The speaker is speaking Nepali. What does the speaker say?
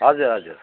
हजुर हजुर